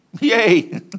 Yay